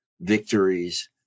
victories